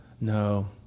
No